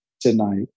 tonight